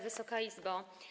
Wysoka Izbo!